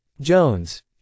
Jones